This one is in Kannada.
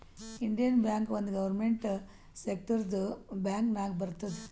ಇಂಡಿಯನ್ ಬ್ಯಾಂಕ್ ಒಂದ್ ಗೌರ್ಮೆಂಟ್ ಸೆಕ್ಟರ್ದು ಬ್ಯಾಂಕ್ ನಾಗ್ ಬರ್ತುದ್